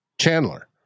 Chandler